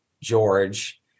George